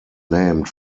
named